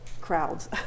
crowds